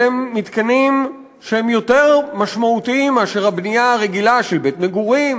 אלה הם מתקנים שהם יותר משמעותיים מהבנייה הרגילה של בית מגורים,